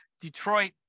Detroit